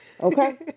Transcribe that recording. Okay